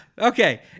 Okay